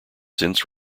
since